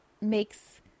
makes